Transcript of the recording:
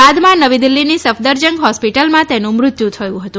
બાદમાં નવી દિલ્ફીની સફદરજંગ હોસ્પિટલમાં તેનું મૃત્યુ થયું હતું